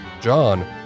John